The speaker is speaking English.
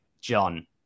John